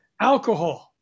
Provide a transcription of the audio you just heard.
alcohol